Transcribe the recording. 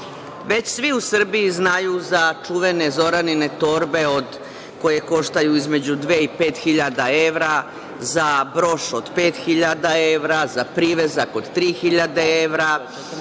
svi u Srbiji znaju za čuvene Zoranine torbe koje koštaju između 2.000 i 5.000 evra, za broš od 5.000 evra, za privezak od 3.000, za